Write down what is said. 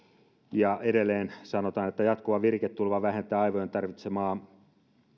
ja edelleen sanotaan jatkuva viriketulva vähentää aivojen tarvitsemaa